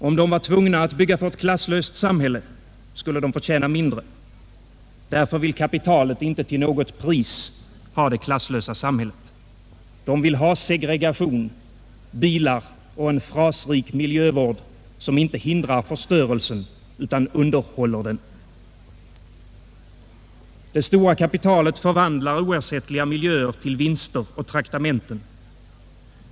Om de var tvungna att bygga för ett klasslöst samhälle, skulle de förtjäna mindre. Därför vill kapitalet inte till något pris ha det klasslösa samhället. Kapitalet vill ha segregation, bilar och en frasrik miljövård som inte hindrar förstörelsen utan underhåller den. Det stora kapitalet förvandlar oersättliga miljöer till vinster och traktamenten.